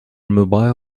mobile